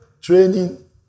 Training